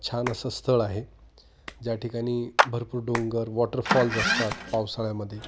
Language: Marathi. छान असं स्थळ आहे ज्या ठिकाणी भरपूर डोंगर वॉटरफॉल्स असतात पावसाळ्यामध्ये